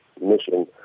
mission